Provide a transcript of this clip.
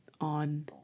on